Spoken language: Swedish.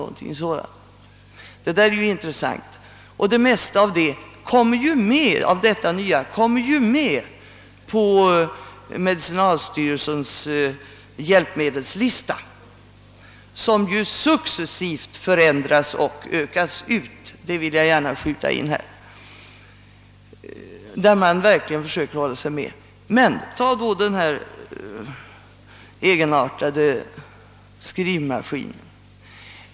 Det mesta av det nya kommer ju med på medicinalstyrelsens hjälpmedelslista, som förändras och ökas ut — det vill jag skjuta in här. Därvidlag följer man verkligen med utvecklingen. Men låt mig ta exemplet med den här egenartade skrivmaskinen.